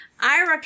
Ira